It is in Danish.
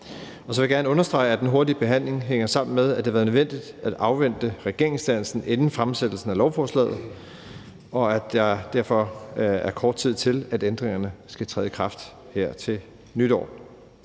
jeg gerne understrege, at den hurtige behandling hænger sammen med, at det har været nødvendigt at afvente regeringsdannelsen inden fremsættelsen af lovforslaget, og at der derfor er kort tid til, at ændringerne skal træde i kraft her til nytår.